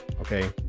okay